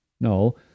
No